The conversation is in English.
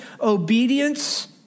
obedience